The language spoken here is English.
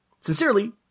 Sincerely